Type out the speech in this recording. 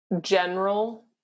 general